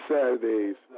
Saturdays